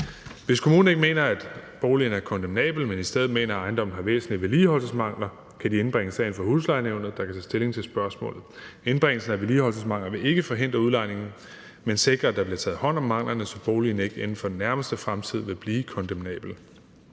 Hvis kommunen ikke mener, at boligen er kondemnabel, men i stedet mener, at ejendommen har væsentlige vedligeholdelsesmangler, kan de indbringe sagen for huslejenævnet, der kan tage stilling til spørgsmålet. Indbringelsen af vedligeholdelsesmangler vil ikke forhindre udlejningen, men sikre, at der bliver taget hånd om manglerne, så boligen ikke inden for den nærmeste fremtid vil blive kondemnabel.